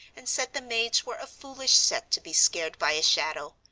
and said the maids were a foolish set to be scared by a shadow.